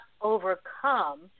overcome